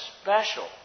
special